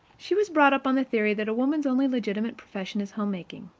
she was brought up on the theory that a woman's only legitimate profession is homemaking.